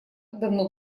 давно